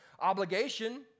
obligation